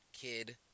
kid